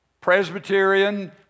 Presbyterian